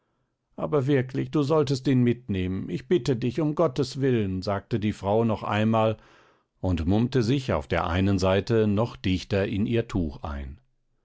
aber wirklich du solltest ihn mitnehmen ich bitte dich um gottes willen sagte die frau noch einmal und mummte sich auf der einen seite noch dichter in ihr tuch ein